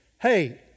Hey